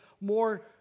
more